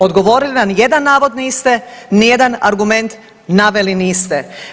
Odgovorili na ni jedan navod niste, nijedan argument naveli niste.